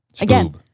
again